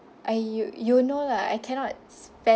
I u~ you know lah I cannot spend